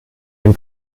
den